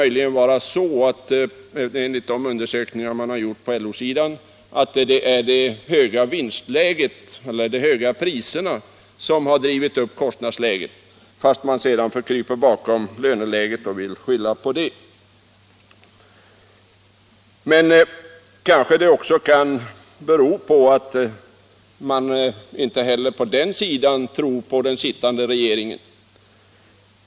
Möjligen kan det vara så, enligt de undersökningar som gjorts på LO-håll, att de höga vinstmarginalerna har drivit upp kostnadsläget. Detta vill man emellertid skylla på löneläget. Men det kanske också kan bero på att man inte heller på den sidan — Nr 129 tror på den sittande regeringen.